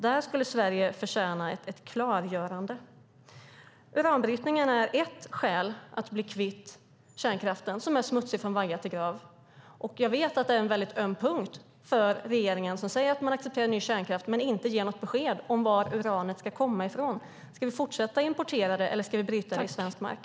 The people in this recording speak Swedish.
Där skulle det förtjänas ett klargörande. Uranbrytningen är ett skäl att bli kvitt kärnkraften som är smutsig från vaggan till graven. Jag vet att det är en mycket öm punkt för regeringen som säger att man accepterar ny kärnkraft men inte ger något besked om varifrån uranet ska komma. Ska vi fortsätta att importera det, eller ska vi bryta det i svensk mark?